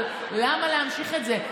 למה להמשיך את זה?